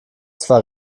zwei